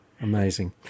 Amazing